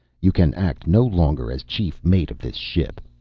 you can act no longer as chief mate of this ship